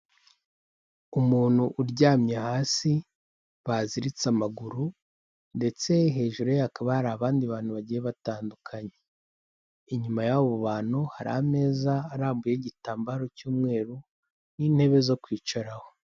Umuntu uryamye hasi, baziritse amaguru, ndetse hejuru ye hakaba hari abandi bantu bagiye batandukanye. Inyuma y'abo bantu, hari ameza arambuyeho igitambaro cy'umweru, n'intebe zo kwicaraho.